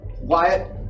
Wyatt